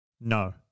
no